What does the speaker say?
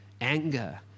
anger